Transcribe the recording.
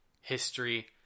history